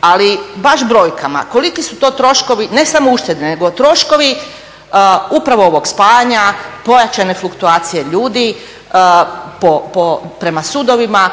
ali baš brojkama. Koliki su to troškovi ne samo uštede, nego troškovi upravo ovog spajanja, pojačanje fluktuacije ljudi prema sudovima,